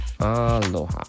Aloha